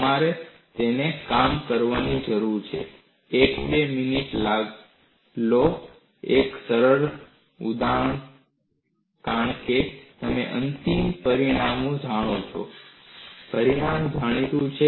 તમારે તેને કામ કરવાની જરૂર છે એક કે બે મિનિટ લો તે એકદમ સરળ છે કારણ કે તમે અંતિમ પરિણામ જાણો છો પરિણામ જાણીતું છે